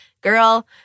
girl